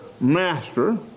Master